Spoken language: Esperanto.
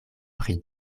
pri